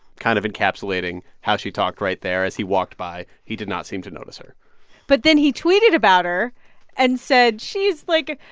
kind of encapsulating how she talked right there as he walked by. he did not seem to notice her but then he tweeted about her and said, she's, like,